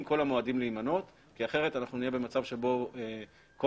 כל המועדים להימנות כי אחרת אנחנו נהיה במצב שבו כל